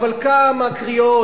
אבל כמה קריאות.